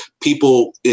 people